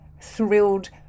thrilled